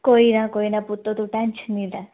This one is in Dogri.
कोई ना कोई ना पुत्त तूं टेंशन नि लै